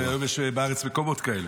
יש היום בארץ מקומות כאלה,